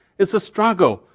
it's a struggle.